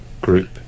group